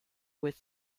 with